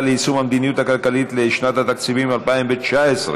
ליישום המדיניות הכלכלית לשנת התקציב 2019),